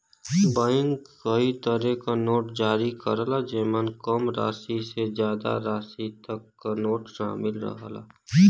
bank कई तरे क नोट जारी करला जेमन कम राशि से जादा राशि तक क नोट शामिल रहला